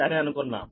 అని అనుకున్నాము